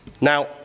Now